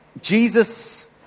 Jesus